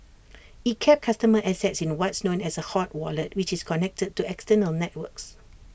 IT kept customer assets in what's known as A hot wallet which is connected to external networks